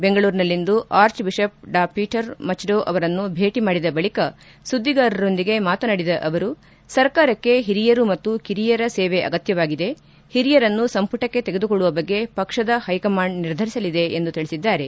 ಬೆಂಗಳೂರಿನಲ್ಲಿಂದು archbishop Dr Peter Machado ಅವರನ್ನು ಭೇಟ ಮಾಡಿದ ಬಳಿಕ ಸುದ್ದಿಗಾರರೊಂದಿಗೆ ಮಾತನಾಡಿದ ಅವರು ಸರ್ಕಾರಕ್ಷೆ ಹಿರಿಯರು ಮತ್ತು ಕಿರಿಯರ ಸೇವೆ ಅಗತ್ಯವಾಗಿದೆ ಹಿರಿಯರನ್ನು ಸಂಪುಟಕ್ಷೆ ತೆಗೆದುಕೊಳ್ಳುವ ಬಗ್ಗೆ ಪಕ್ಷದ ಹೈಕಮಾಂಡ್ ನಿರ್ಧರಿಸಲಿದೆ ಎಂದು ತಿಳಿಸಿದ್ದಾರೆ